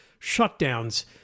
shutdowns